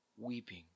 weeping